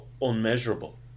unmeasurable